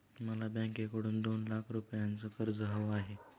मला बँकेकडून दोन लाख रुपयांचं कर्ज हवं आहे